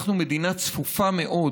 אנחנו מדינה צפופה מאוד.